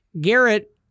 Garrett